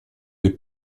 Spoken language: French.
les